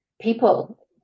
people